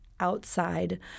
outside